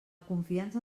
confiança